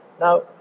Now